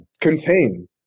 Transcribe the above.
contain